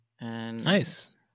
Nice